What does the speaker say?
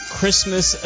Christmas